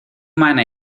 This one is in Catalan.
mana